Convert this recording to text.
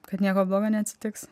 kad nieko blogo neatsitiks